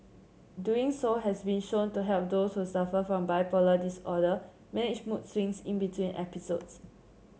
doing so has been shown to help those who suffer from bipolar disorder manage mood swings in between episodes